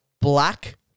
black